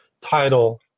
title